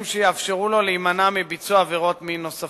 שיאפשרו לו להימנע מביצוע עבירות מין נוספות.